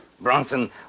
Bronson